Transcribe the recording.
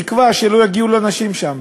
בתקווה שלא יגיעו אנשים לשם,